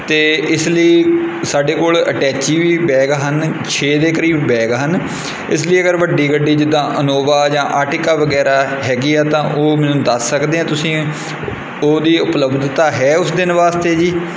ਅਤੇ ਇਸ ਲਈ ਸਾਡੇ ਕੋਲ ਅਟੈਚੀ ਵੀ ਬੈਗ ਹਨ ਛੇ ਦੇ ਕਰੀਬ ਬੈਗ ਹਨ ਇਸ ਲਈ ਅਗਰ ਵੱਡੀ ਗੱਡੀ ਜਿੱਦਾਂ ਅਨੋਵਾ ਜਾਂ ਆਰਟੀਕਾ ਵਗੈਰਾ ਹੈਗੀ ਆ ਤਾਂ ਉਹ ਮੈਨੂੰ ਦੱਸ ਸਕਦੇ ਆ ਤੁਸੀਂ ਉਹਦੀ ਉਪਲੱਬਧਤਾ ਹੈ ਉਸ ਦਿਨ ਵਾਸਤੇ ਜੀ